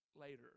later